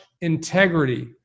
integrity